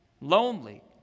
lonely